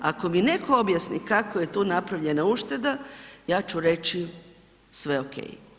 Ako mi netko objasni kako je tu napravljena ušteda, ja ću reći, sve okej.